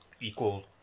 equal